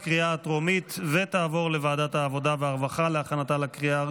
2024, לוועדת העבודה והרווחה נתקבלה.